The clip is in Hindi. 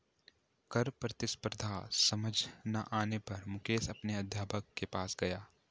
कर प्रतिस्पर्धा समझ ना आने पर मुकेश अपने अध्यापक के पास गया